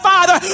Father